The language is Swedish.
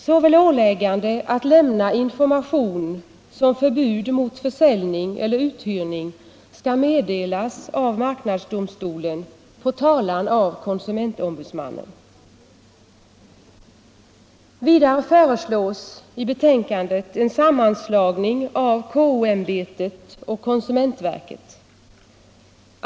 Såväl åläggande att lämna information som förbud mot försäljning Vidare föreslås en sammanslagning av KO-ämbetet och konsumentverket.